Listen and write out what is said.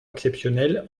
exceptionnel